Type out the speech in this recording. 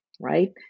right